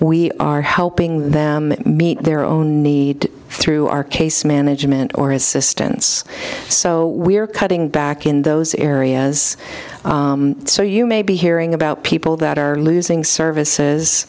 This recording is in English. we are helping them meet their own need through our case management or assistance so we are cutting back in those areas so you may be hearing about people that are losing